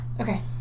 Okay